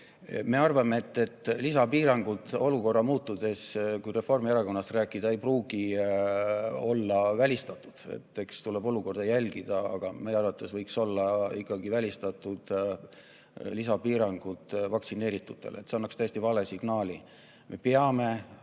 me arvame, et lisapiirangud olukorra muutudes ei pruugi olla välistatud. Eks tuleb olukorda jälgida, aga meie arvates võiks olla ikkagi välistatud lisapiirangud vaktsineeritutele. See annaks täiesti vale signaali. Me peame